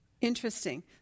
Interesting